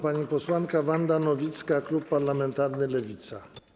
Pani posłanka Wanda Nowicka, klub parlamentarny Lewica.